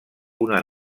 una